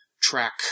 track